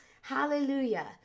Hallelujah